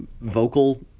vocal